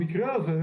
המקרה הזה,